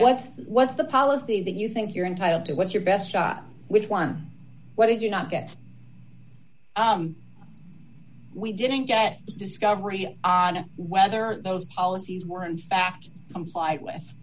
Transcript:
us what's the policy that you think you're entitled to what's your best shot which one what did you not get we didn't get discovery on whether those policies were in fact complied with